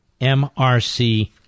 MRC